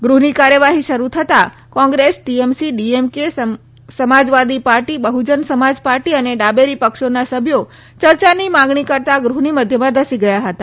ગૃહની કાર્યવાહી શરૂ થતાં કોંગ્રેસ ટીએમસી ડીએમકે સમાજવાદી પાર્ટી બહ્જન સમાજપાર્ટી અને ડાબેરી પક્ષોના સભ્યો ચર્ચાની માંગણી કરતા ગૃહની મધ્યમાં ઘસી ગયા હતા